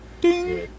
Ding